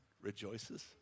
Rejoices